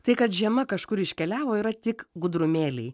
tai kad žiema kažkur iškeliavo yra tik gudrumėliai